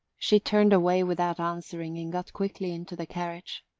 she turned away without answering and got quickly into the carriage.